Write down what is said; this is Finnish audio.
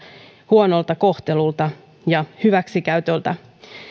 huonolta kohtelulta ja hyväksikäytöltä